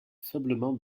faiblement